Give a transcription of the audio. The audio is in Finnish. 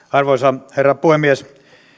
arvoisa herra puhemies